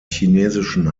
chinesischen